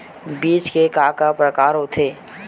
बीज के का का प्रकार होथे?